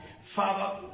father